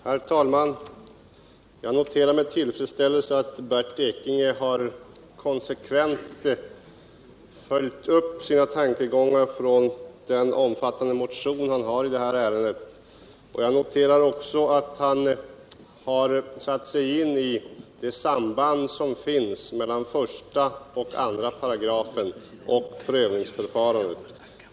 Herr talman! Jag noterar med tillfredsställelse att Bernt Ekinge konsekvent har följt upp sina tankegångar från den omfattande motion han har i det här ärendet liksom att han satt sig in i det samband som finns mellan 1 § och 2 § samt prövningsförfarandet.